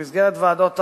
במסגרת ועדות ערר,